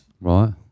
Right